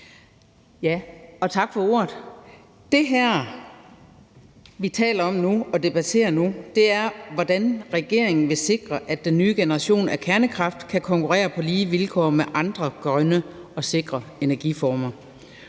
tak for ordet. Det her, vi taler om og debatterer nu, er, hvordan regeringen vil sikre, at den nye generation af kernekraft kan konkurrere på lige vilkår med andre grønne og sikre energiformer.